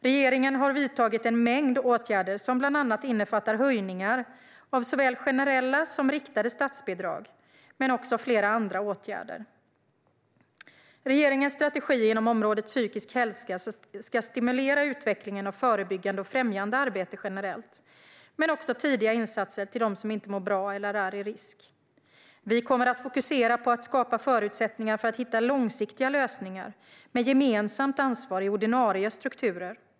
Regeringen har vidtagit en mängd åtgärder som bland annat innefattar höjningar av såväl generella som riktade statsbidrag men också flera andra åtgärder. Regeringens strategi inom området psykisk hälsa ska stimulera utvecklingen av förebyggande och främjande arbete generellt men också tidiga insatser till dem som inte mår bra eller är i risk. Vi kommer att fokusera på att skapa förutsättningar för att hitta långsiktiga lösningar med gemensamt ansvar i ordinarie strukturer.